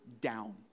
down